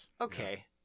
okay